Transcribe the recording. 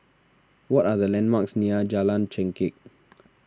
what are the landmarks near Jalan Chengkek